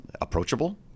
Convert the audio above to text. approachable